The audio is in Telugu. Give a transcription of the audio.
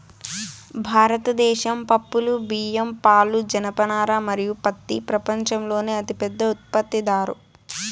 భారతదేశం పప్పులు, బియ్యం, పాలు, జనపనార మరియు పత్తి ప్రపంచంలోనే అతిపెద్ద ఉత్పత్తిదారు